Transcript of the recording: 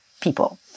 people